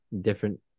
different